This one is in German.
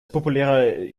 populäre